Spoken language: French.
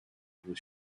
niveau